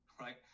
right